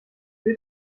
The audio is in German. viel